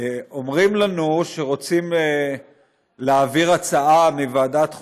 אומרים לנו שרוצים להעביר הצעה מוועדת חוקה,